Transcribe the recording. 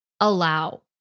allow